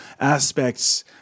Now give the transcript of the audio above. aspects